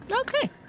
Okay